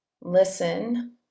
Listen